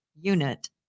unit